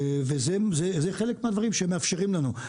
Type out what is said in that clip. זה חלק מהדברים שמאפשרים לנו.